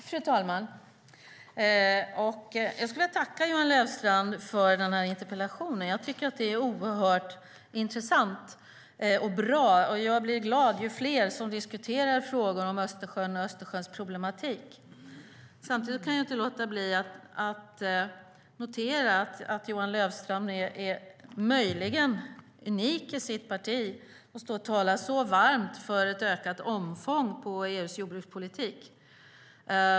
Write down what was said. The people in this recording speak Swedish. Fru talman! Jag skulle vilja tacka Johan Löfstrand för interpellationen. Den är oerhört intressant och bra. Jag blir glad ju fler som diskuterar Östersjöns problem. Samtidigt kan jag inte låta bli att notera att Johan Löfstrand möjligen är unik i sitt parti när han så varmt talar för ett ökat omfång på EU:s jordbrukspolitik.